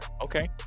Okay